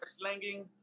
slanging